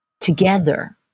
together